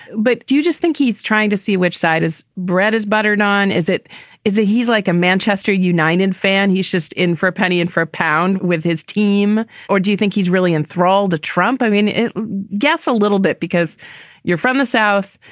but do you just think he's trying to see which side is bread is buttered on? is it is it he's like a manchester united fan. he's just in for a penny. in for a pound. with his team. or do you think he's really in thrall to trump? i mean, it gets a little bit because you're from the south.